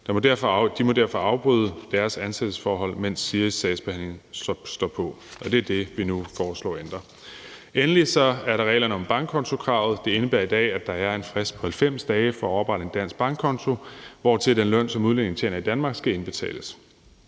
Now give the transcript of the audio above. De må derfor afbryde deres ansættelsesforhold, mens SIRIs sagsbehandling står på, og det er det, vi nu foreslår at ændre. Endelig er der reglerne om bankkontokravet. Det indebærer i dag, at der er en frist på 90 dage for at oprette en dansk bankkonto, hvortil den løn, som udlændingen tjener i Danmark, skal indbetales.